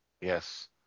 Yes